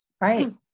Right